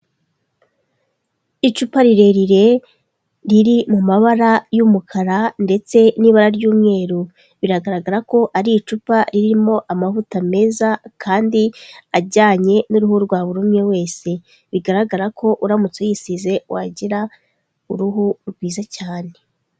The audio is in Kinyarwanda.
Icupa rirerire riri mu mabara y'umukara ndetse n'ibara ry'umweru. Biragaragara ko ari icupa ririmo amavuta meza kandi ajyanye n'uruhu rwa buri umwe wese. Bigaragara ko uramutse uyisize wagira uruhu rwiza cyane.